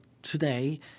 today